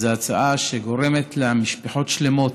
גורמת למשפחות שלמות